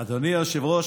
אדוני היושב-ראש,